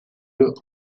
value